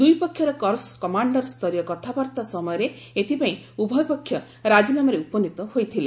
ଦୁଇପକ୍ଷର corps commander ସ୍ତରୀୟ କଥାବାର୍ତ୍ତା ସମୟରେ ଏଥିପାଇଁ ଉଭୟ ପକ୍ଷ ରାଜିନାମାରେ ଉପନୀତ ହୋଇଥିଲେ